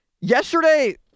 Yesterday